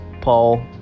Paul